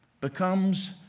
becomes